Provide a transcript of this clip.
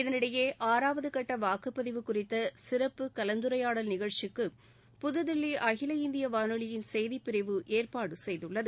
இதனிடையே ஆறாவது கட்ட வாக்குப்பதிவு குறித்து சிறப்பு கலந்துரையாடல் நிகழ்ச்சிக்கு புதுதில்லி அகில இந்திய வானொலி செய்தி பிரிவு ஏற்பாடு செய்துள்ளது